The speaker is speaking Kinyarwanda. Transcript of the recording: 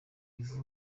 bafite